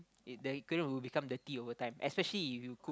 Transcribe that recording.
it the aquarium will become dirty overtime especially if you cook